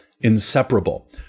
inseparable